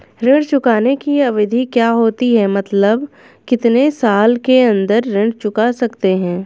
ऋण चुकाने की अवधि क्या होती है मतलब कितने साल के अंदर ऋण चुका सकते हैं?